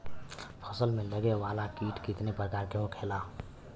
फसल में लगे वाला कीट कितने प्रकार के होखेला?